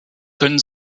können